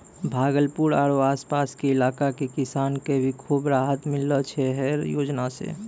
भागलपुर आरो आस पास के इलाका के किसान कॅ भी खूब राहत मिललो छै है योजना सॅ